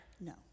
No